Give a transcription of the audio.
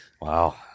Wow